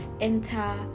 enter